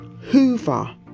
hoover